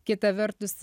kita vertus